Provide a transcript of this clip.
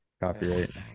copyright